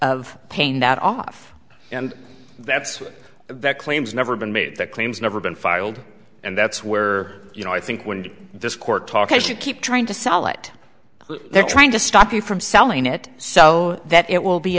of paying that off and that's what that claims never been made that claims never been filed and that's where you know i think when this court talk as you keep trying to sell it they're trying to stop you from selling it so that it will be